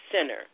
center